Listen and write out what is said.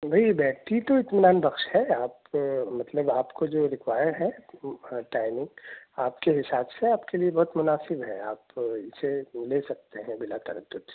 بھائی بیٹری تو اطمینان بخش ہے آپ مطلب آپ کو جو ریکوائر ہے ٹائمنگ آپ کے حساب سے آپ کے لیے بہت مناسب ہے آپ اسے لے سکتے ہیں بلا تردد